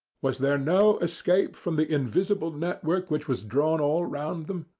was there no escape from the invisible network which was drawn all round them.